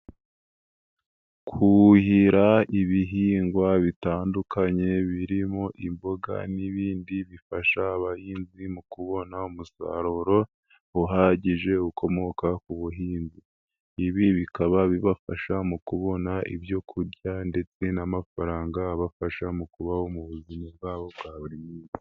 Kuhira ibihingwa bitandukanye birimo imboga n'ibindi bifasha abahinzi mu kubona umusaruro uhagije ukomoka ku buhinzi, ibi bikaba bibafasha mu kubona ibyo kurya ndetse n'amafaranga abafasha mu kubaho mu buzima bwabo bwa buri munsi.